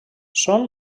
són